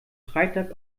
freitag